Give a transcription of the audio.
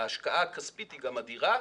ההשקעה הכספית היא אדירה.